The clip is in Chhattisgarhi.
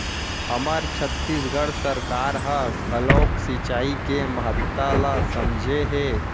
हमर छत्तीसगढ़ सरकार ह घलोक सिचई के महत्ता ल समझे हे